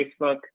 Facebook